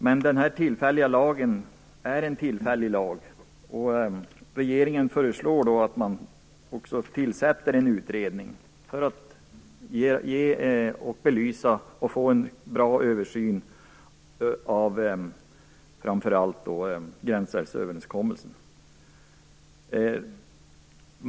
Men den tillfälliga lagen är just en tillfällig lag. Regeringen föreslår att en utredning tillsätts för att få en bra översyn av framför allt gränsrättsöverenskommelsen.